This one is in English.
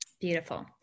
Beautiful